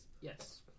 Yes